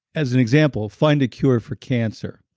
as an example, find a cure for cancer.